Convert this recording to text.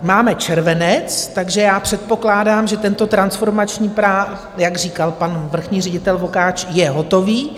Máme červenec, takže já předpokládám, že tento transformační plán, jak říkal pan vrchní ředitel Vokáč, je hotový.